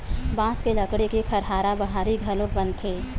बांस के लकड़ी के खरहारा बाहरी घलोक बनथे